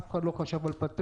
אף אחד לא חשב על פטנט.